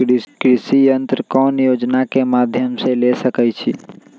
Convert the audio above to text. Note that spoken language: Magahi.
कृषि यंत्र कौन योजना के माध्यम से ले सकैछिए?